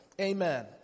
Amen